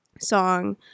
song